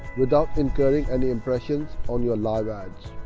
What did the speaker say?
without incurring any impressions on your live ad.